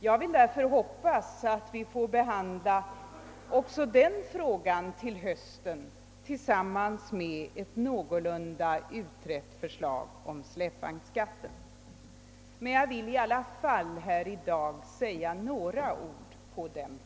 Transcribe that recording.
Jag vill därför hoppas att vi får behandla också den frågan till hösten tillsammans med ett någorlunda utrett förslag om släpvagnsskatten, men jag vill i alla fall något beröra den saken.